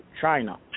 China